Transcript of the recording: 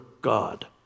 God